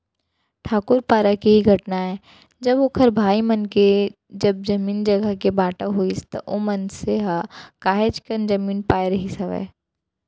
ठाकूर पारा के ही घटना आय जब ओखर भाई मन के जब जमीन जघा के बाँटा होइस त ओ मनसे ह काहेच कन जमीन पाय रहिस हावय